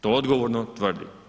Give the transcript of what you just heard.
To odgovorno tvrdim.